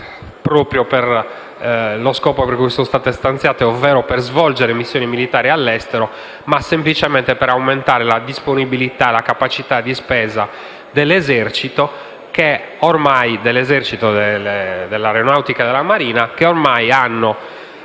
proprio per lo scopo per cui sono stati stanziati, ovvero per svolgere missioni militari all'estero, ma semplicemente per aumentare la disponibilità e la capacità di spesa dell'Esercito, dell'Aeronautica e della Marina, che hanno